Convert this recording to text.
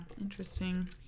interesting